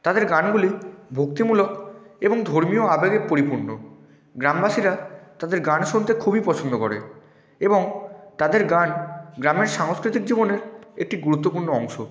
তাদের গানগুলি ভক্তিমূলক এবং ধর্মীয় আবেগে পরিপূর্ণ গ্রামবাসীরা তাদের গান শুনতে খুবই পছন্দ করে এবং তাদের গান গ্রামের সাংস্কৃতিক জীবনের একটি গুরুত্বপূর্ণ অংশ